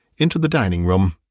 into the dining-room.